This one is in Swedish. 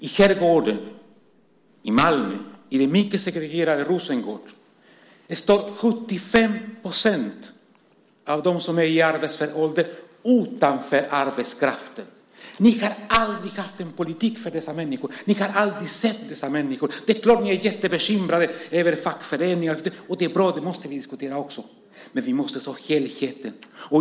I området Herrgården i Malmö, i det mycket segregerade Rosengård, står 75 % av dem som är i arbetsför ålder utanför arbetskraften. Ni har aldrig haft en politik för dessa människor. Ni har aldrig sett dessa människor. Det är klart att ni är jättebekymrade över fackföreningarna. Det är bra, och det måste ni också diskutera. Men vi måste se helheten.